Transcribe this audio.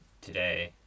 today